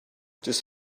just